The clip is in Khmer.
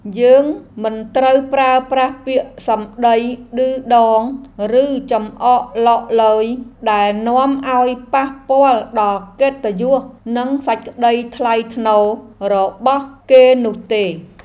យើងមិនត្រូវប្រើប្រាស់ពាក្យសម្តីឌឺដងឬចំអកឡកឡឺយដែលនាំឱ្យប៉ះពាល់ដល់កិត្តិយសនិងសេចក្តីថ្លៃថ្នូររបស់គេនោះទេ។